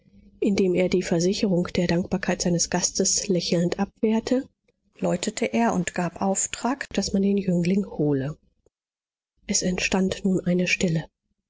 indem er die versicherung der dankbarkeit seines gastes lächelnd abwehrte läutete er und gab auftrag daß man den jüngling hole es entstand nun eine stille